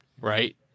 right